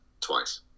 twice